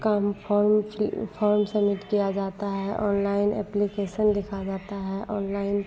काम form form submit किया जाता है ऑनलाइन एप्लिकेसन लिखा जाता है ऑनलाइन